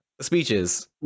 speeches